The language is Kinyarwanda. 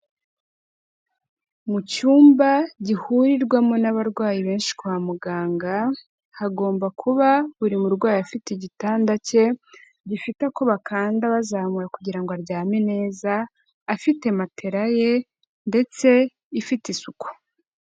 Mu cyumba gihurirwamo n'abarwayi benshi kwa muganga, hagomba kuba buri murwayi afite igitanda cye, gifite ako bakanda bazamura kugira ngo aryame neza, afite matela ye ndetse ifite isuku.